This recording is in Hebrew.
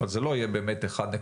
אבל זה לא יהיה באמת 1.4,